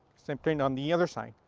same thing on the other side.